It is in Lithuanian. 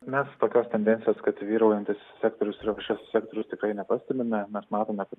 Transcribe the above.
mes tokios tendencijos kad vyraujantis sektorius yra kažkoks sektorius tikrai nepastebime mes matome kad